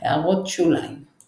== הערות שוליים ==